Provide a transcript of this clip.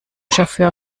chauffeur